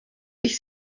ich